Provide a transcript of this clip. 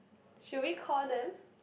should we call them